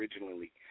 originally